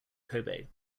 kobe